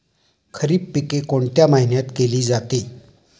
खरीप पिके कोणत्या महिन्यात केली जाते?